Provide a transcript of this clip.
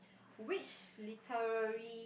which literary